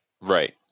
Right